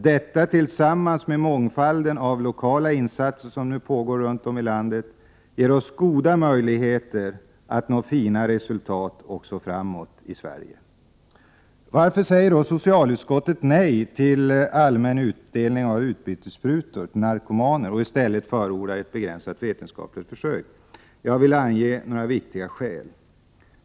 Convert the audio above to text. Detta— tillsammans med mångfalden av lokala insatser som nu pågår runt om i landet — ger oss goda möjligheter att nå fina resultat också framöver. Varför säger då socialutskottets majoritet nej till en allmän utdelning av utbytessprutor till narkomaner och förordar i stället ett begränsat vetenskapligt försök? Jag vill ange några viktiga skäl.